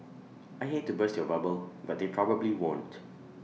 I hate to burst your bubble but they probably won't